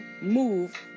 move